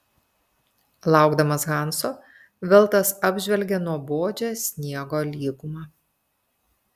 laukdamas hanso veltas apžvelgė nuobodžią sniego lygumą